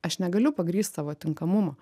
aš negaliu pagrįst savo tinkamumo